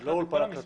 זה לא אולפן הקלטות.